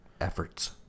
efforts